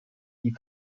die